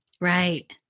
Right